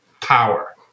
power